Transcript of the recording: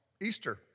Easter